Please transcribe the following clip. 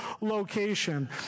location